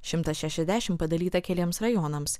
šimtas šešiasdešim padalyta keliems rajonams